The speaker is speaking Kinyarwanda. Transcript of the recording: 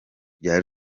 rya